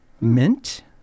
mint